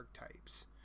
archetypes